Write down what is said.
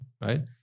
right